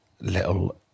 little